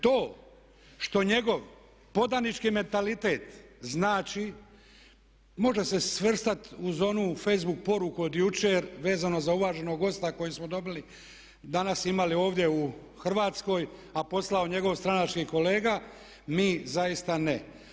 To što njegov podanički mentalitet znači može se svrstat uz onu Facebook poruku od jučer vezano za uvaženog gosta koji smo dobili, danas imali ovdje u Hrvatskoj, a poslao njegov stranački kolega mi zaista ne.